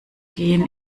gehen